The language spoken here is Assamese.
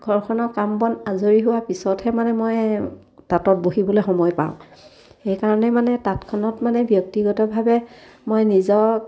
ঘৰখনৰ কাম বন আজৰি হোৱা পিছতহে মানে মই তাঁতত বহিবলৈ সময় পাওঁ সেইকাৰণে মানে তাঁতখনত মানে ব্যক্তিগতভাৱে মই নিজক